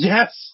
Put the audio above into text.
Yes